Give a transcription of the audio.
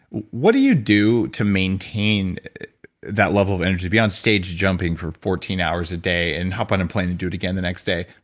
what do you do to maintain that level of energy? to be on stage jumping for fourteen hours a day and hop on a and plane and do it again the next day?